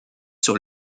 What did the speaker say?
sur